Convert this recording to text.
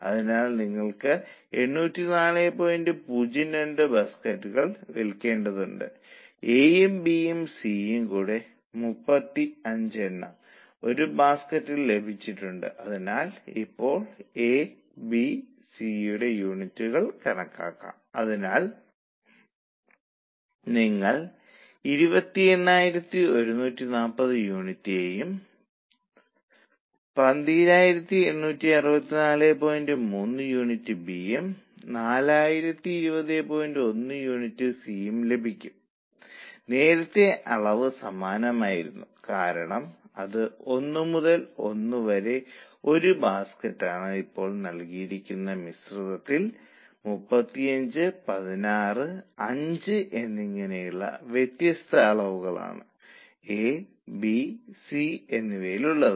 അതിനാൽ എങ്ങനെയും അവർ 25 ലാഭം ഉണ്ടാക്കാൻ ആഗ്രഹിക്കുന്നു നിങ്ങൾക്ക് വിസി യുടെ ഈ ഘടകങ്ങൾ കണക്കാക്കാൻ കഴിയുമോ ഇത് നിങ്ങൾക്ക് നേരിട്ട് കണക്കാക്കാൻ കഴിയുന്ന ഒരു നേരായ കണക്കുകൂട്ടലല്ല നിങ്ങൾ ആഗ്രഹിക്കുന്ന 25 എന്ന ലാഭത്തിനായി നിങ്ങൾ തിരികെ പോകേണ്ടതുണ്ട് പുതിയ നിശ്ചിത ചെലവ് 168500 ആണ്